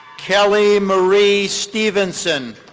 kelly marie stevenson.